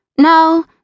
no